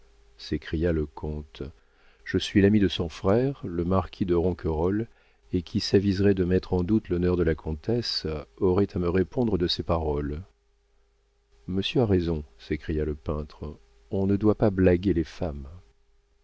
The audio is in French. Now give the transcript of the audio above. s'écria le comte je suis l'ami de son frère le marquis de ronquerolles et qui s'aviserait de mettre en doute l'honneur de la comtesse aurait à me répondre de ses paroles monsieur a raison s'écria le peintre on ne doit pas blaguer les femmes